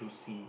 see